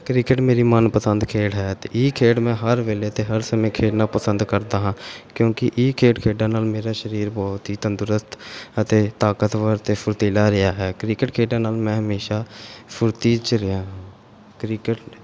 cricket ਮੇਰੀ ਮਨਪਸੰਦ ਖੇਡ ਹੈ ਅਤੇ ਇਹ ਖੇਡ ਮੈਂ ਹਰ ਵੇਲੇ ਅਤੇ ਹਰ ਸਮੇਂ ਖੇਡਣਾ ਪਸੰਦ ਕਰਦਾ ਹਾਂ ਕਿਉਂਕਿ ਇਹ ਖੇਡ ਖੇਡਣ ਨਾਲ ਮੇਰਾ ਸਰੀਰ ਬਹੁਤ ਹੀ ਤੰਦਰੁਸਤ ਅਤੇ ਤਾਕਤਵਰ ਅਤੇ ਫੁਰਤੀਲਾ ਰਿਹਾ ਹੈ ਕ੍ਰਿਕਟ ਖੇਡਣ ਨਾਲ ਮੈਂ ਹਮੇਸ਼ਾ ਫੁਰਤੀ 'ਚ ਰਿਹਾਂ ਹਾਂ ਕ੍ਰਿਕਟ